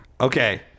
Okay